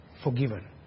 Forgiven